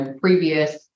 previous